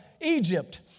Egypt